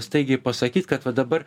staigiai pasakyt kad va dabar